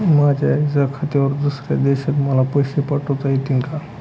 माझ्या आईच्या खात्यावर दुसऱ्या देशात मला पैसे पाठविता येतील का?